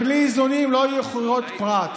ובלי איזונים לא יהיו חירויות פרט,